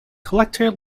collector